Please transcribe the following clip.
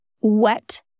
wet